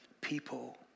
people